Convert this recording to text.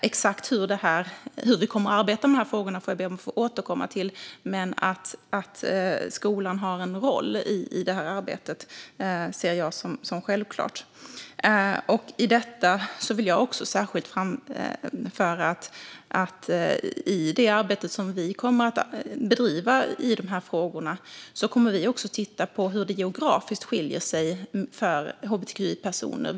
Exakt hur vi kommer att arbeta med dessa frågor ber jag att få återkomma till, men att skolan har en roll i detta arbete ser jag som självklart. Jag vill särskilt framföra att i det arbete vi kommer att bedriva i dessa frågor kommer vi också att titta på hur det geografiskt skiljer sig för hbtqi-personer.